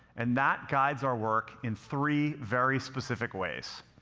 and that guides our work in three very specific ways.